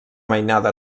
mainada